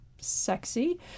sexy